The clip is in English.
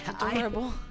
adorable